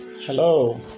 Hello